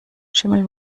schimmel